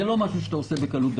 זה לא דבר שעושים בקלות-דעת,